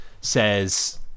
says